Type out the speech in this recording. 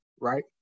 Right